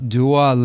Dua